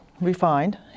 refined